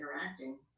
interacting